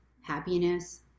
happiness